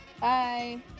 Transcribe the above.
Bye